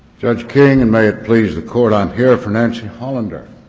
judge king and may it please the court? i'm here for nancy hollander.